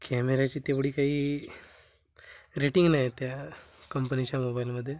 कॅमेऱ्याची तेवढी काही रेटिंग नाही आहे त्या कंपनीच्या मोबाईलमध्ये